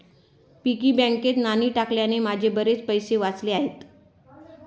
piggy बँकेत नाणी टाकल्याने माझे बरेच पैसे वाचले आहेत